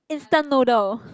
instant noodle